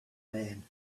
man